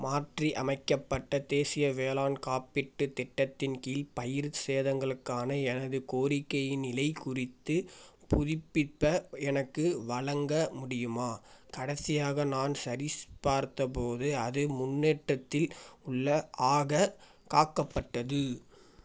மாற்றி அமைக்கப்பட்ட தேசிய வேளாண் காப்பீட்டுத் திட்டத்தின் கீழ் பயிர் சேதங்களுக்கான எனது கோரிக்கையின் நிலை குறித்து புதுப்பிப்பை எனக்கு வழங்க முடியுமா கடைசியாக நான் சரிப் பார்த்த போது அது முன்னேற்றத்தில் உள்ள ஆகக் காக்கப்பட்டது